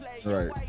right